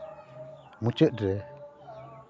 ᱢᱩᱪᱟᱹᱫ ᱨᱮ